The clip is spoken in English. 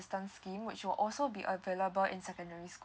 scheme which will also be available in secondary schools